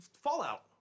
Fallout